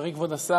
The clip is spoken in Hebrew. חברי כבוד השר,